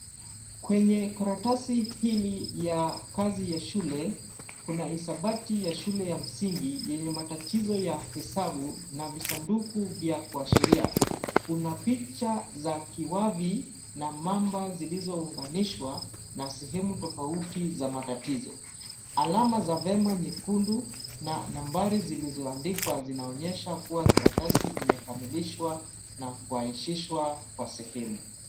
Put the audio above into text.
Kwenye karatasi hili ya kazi ya shule, kuna hisabati ya shule ya msingi yenye matatizo ya hesabu na visanduku vya kuashiria. Kuna picha za kiwavi na mamba zilizounganishwa na sehemu tofauti za matatizo. Alama za vema nyekundu na nambari zilizoandikwa zinaonyesha kuwa karatasi imekamilishwa na kuhaishishwa kwa sehemu.